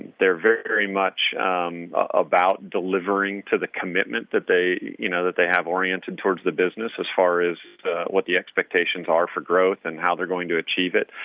they're very very much about delivering to the commitment that they you know that they have oriented towards the business as far as what the expectations are for growth and how they're going to achieve it.